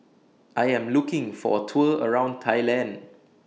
I Am looking For A Tour around Thailand